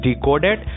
decoded